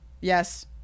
Yes